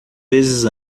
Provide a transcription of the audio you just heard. vezes